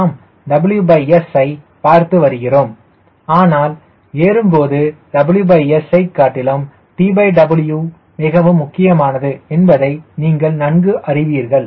நாம் WS ஐத் பார்த்து வருகிறோம் ஆனால் ஏறும் போது WS யை காட்டிலும் TW மிகவும் முக்கியமானது என்பதை நீங்கள் நன்கு அறிவீர்கள்